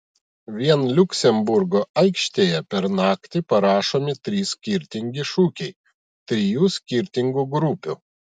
vien liuksemburgo aikštėje per naktį parašomi trys skirtingi šūkiai trijų skirtingų grupių